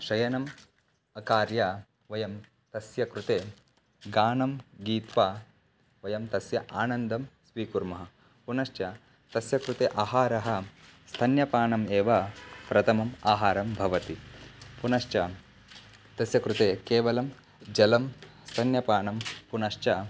शयनम् अकार्य वयं तस्य कृते गानं गीत्वा वयं तस्य आनन्दं स्वीकुर्मः पुनश्च तस्य कृते आहारः स्तन्यपानम् एव प्रथमः आहारः भवति पुनश्च तस्य कृते केवलं जलं स्तन्यपानं पुनश्च